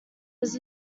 was